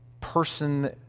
person